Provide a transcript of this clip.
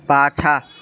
पाछाँ